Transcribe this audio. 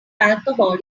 alcohol